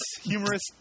humorous